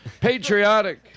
patriotic